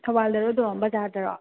ꯊꯧꯕꯥꯜꯗꯔꯣ ꯑꯗꯨꯝ ꯕꯥꯖꯥꯔꯗꯔꯣ